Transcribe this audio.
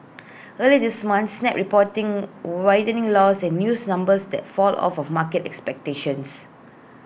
early this month snap reporting widening loss and use numbers that fall of A market expectations